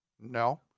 No